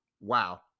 Wow